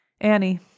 Annie